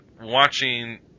watching